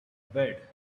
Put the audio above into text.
bed